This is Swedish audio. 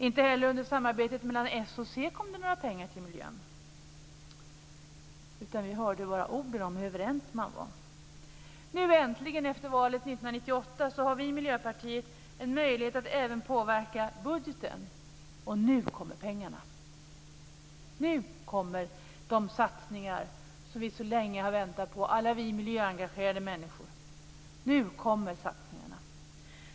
Inte heller under s-c-samarbetet kom det några pengar till miljön, utan vi hörde bara om hur överens man var. Nu äntligen efter valet 1998 har vi i Miljöpartiet möjlighet att även påverka budgeten. Nu kommer pengarna och nu kommer de satsningar som alla vi miljöengagerade människor så länge har väntat på! Nu kommer satsningarna!